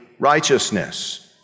righteousness